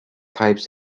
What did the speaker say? types